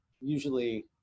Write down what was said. usually